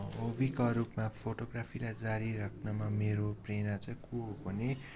होबीको रूपमा फोटोग्राफीलाई जारी राख्नमा मेरो प्रेरणा चाहिँ को हो भने